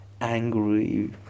angry